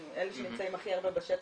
אלה שנמצאים הכי הרבה בשטח,